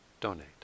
donate